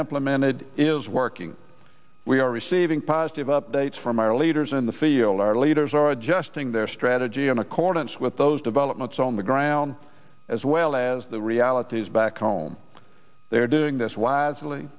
implemented is working we are receiving positive updates from our leaders in the field our leaders are adjusting their strategy in accordance with those developments on the ground as well as the realities back home they're doing this wisely